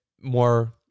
more